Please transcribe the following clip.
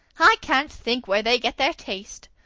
i can't think where they get their taste.